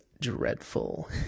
dreadful